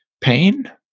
Pain